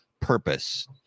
purpose